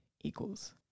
equals